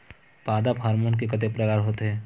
पादप हामोन के कतेक प्रकार के होथे?